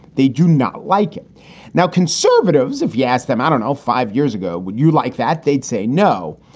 they do not like it now. conservatives, if you ask them, i don't know, five years ago, would you like that? they'd say no.